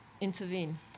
intervene